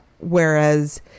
Whereas